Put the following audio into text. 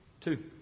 Two